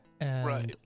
Right